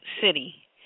City